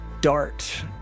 dart